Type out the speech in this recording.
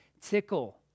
tickle